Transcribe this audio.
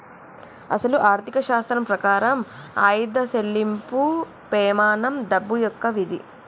అసలు ఆర్థిక శాస్త్రం ప్రకారం ఆయిదా సెళ్ళింపు పెమానం డబ్బు యొక్క విధి